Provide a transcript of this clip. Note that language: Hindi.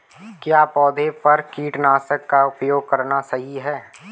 क्या पौधों पर कीटनाशक का उपयोग करना सही है?